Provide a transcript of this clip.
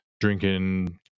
drinking